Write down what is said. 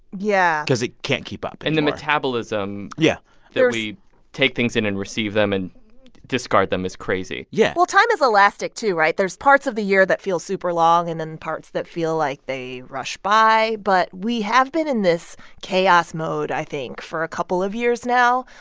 yeah. cause it can't keep up anymore and the metabolism. yeah there's. that we take things in and receive them and discard them is crazy yeah well, time is elastic, too, right? there's parts of the year that feel super long and then parts that feel like they rush by. but we have been in this chaos mode, i think, for a couple of years now.